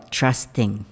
trusting